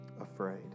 afraid